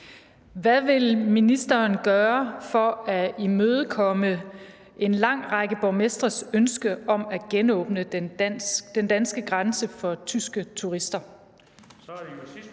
Hvad vil ministeren gøre for at imødekomme en lang række borgmestres ønske om at genåbne den danske grænse for tyske turister? Den fg. formand